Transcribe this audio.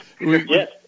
Yes